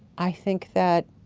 i think that